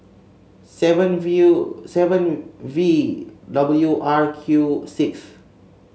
seven V O seven V W R Q six